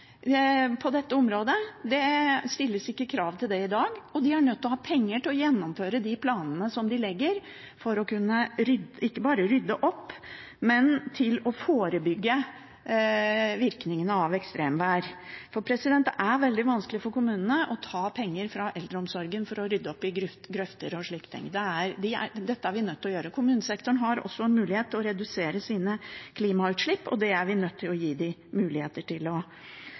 på dette området, det stilles ikke krav om det i dag. De er nødt til å ha penger til å gjennomføre planene de legger, ikke bare for å kunne rydde opp, men for å forebygge virkningene av ekstremvær. Det er veldig vanskelig for kommunene å ta penger fra eldreomsorgen for å rydde opp i grøfter og slike ting. Dette er man nødt til å gjøre. Kommunesektoren har også mulighet til å redusere sine klimautslipp, og det er vi nødt til å gi dem mulighet til å